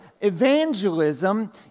Evangelism